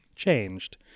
changed